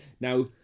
Now